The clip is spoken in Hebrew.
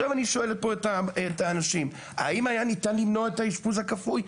אני שואל את האנשים פה: האם ניתן היה למנוע את האשפוז הכפוי?